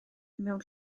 mewn